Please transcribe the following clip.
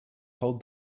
told